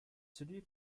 celui